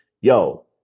yo